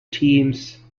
teams